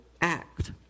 act